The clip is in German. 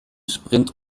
sprint